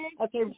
Okay